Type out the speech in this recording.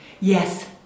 Yes